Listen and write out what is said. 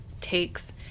takes